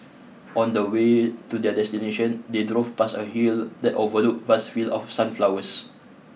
on the way to their destination they drove past a hill that overlooked vast field of sunflowers